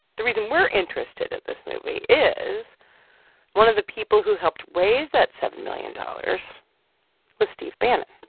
the reason we're interested in this movie is one of the people who helped raise that seven million dollars was steve bannon